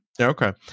okay